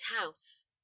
house